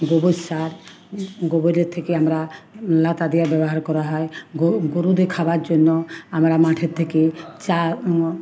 গোবর সার গোবরের থেকে আমরা লাতা দেওয়া ব্যবহার করা হয় গ গরুদের খাবার জন্য আমরা মাঠের থেকে চা